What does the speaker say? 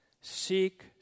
seek